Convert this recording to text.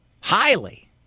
Highly